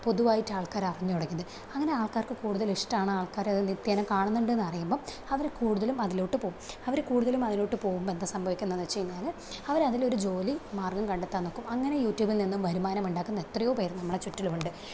പൊതുവായിട്ട് ആൾക്കാര് അറിഞ്ഞു തുടങ്ങിയത് അങ്ങനെ ആൾക്കാർക്ക് കൂടുതൽ ഇഷ്ട്ടമാണ് ആൾക്കാര് അത് നിത്യേന കാണുന്നുണ്ട് എന്നറിയുമ്പോൾ അവര് കൂടുതലും അതിലോട്ട് പോവും അവര് കൂടുതലും അതിലോട്ട് പോകുമ്പോൾ എന്താ സംഭവിക്കുന്നത് എന്ന് വെച്ച് കഴിഞ്ഞാല് അവരതില് ഒരു ജോലി മാർഗം കണ്ടെത്താൻ നോക്കും അങ്ങനെ യൂട്യൂബിൽ നിന്നും വരുമാനം ഉണ്ടാക്കുന്ന എത്രയോ പേർ നമ്മുടെ ചുറ്റിലുമുണ്ട്